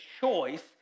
choice